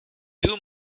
two